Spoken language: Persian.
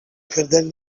کردن